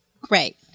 Great